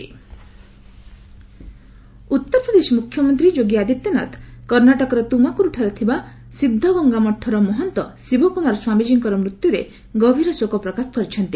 UP ସ୍ୱାମୀ ଉତ୍ତରପ୍ରଦେଶ ମୁଖ୍ୟମନ୍ତ୍ରୀ ଯୋଗୀ ଆଦିତ୍ୟ ନାଥ କର୍ଷାଟକର ତ୍ରମାକ୍ରରଠାରେ ଥିବା ସିଦ୍ଧ ଗଙ୍ଗାମଠର ମହନ୍ତ ଶିବ କୃମାର ସ୍ୱାମୀଜୀଙ୍କର ମୃତ୍ୟୁରେ ଗଭୀର ଶୋକ ପ୍ରକାଶ କରିଛନ୍ତି